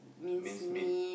mincemeat